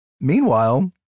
Meanwhile